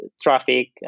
traffic